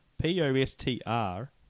P-O-S-T-R